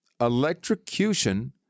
Electrocution